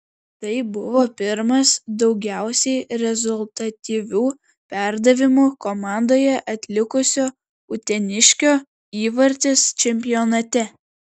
tai buvo pirmas daugiausiai rezultatyvių perdavimų komandoje atlikusio uteniškio įvartis čempionate